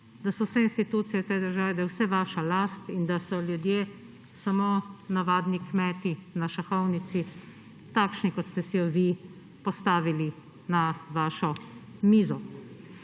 da so vse institucije te države, da je vse vaša last in da so ljudje samo navadni kmeti na šahovnici, takšni, kot ste si jo vi postavili na vašo mizo.